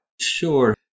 Sure